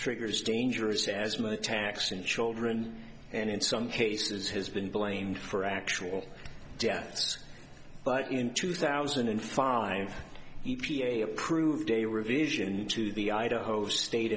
triggers dangerous asthma attacks in children and in some cases has been blamed for actual deaths but in two thousand and five e p a approved a revision to the idaho state